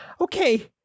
okay